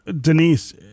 Denise